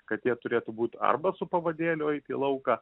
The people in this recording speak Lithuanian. kad jie turėtų būt arba su pavadėliu eit į lauką